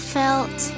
felt